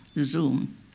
Zoom